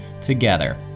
together